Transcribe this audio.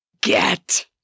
Get